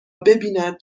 ببیند